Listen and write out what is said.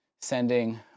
sending